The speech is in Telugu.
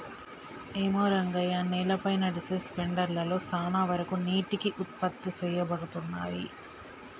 ఏమో రంగయ్య నేలపై నదిసె స్పెండర్ లలో సాన వరకు నీటికి ఉత్పత్తి సేయబడతున్నయి